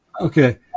Okay